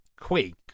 Quake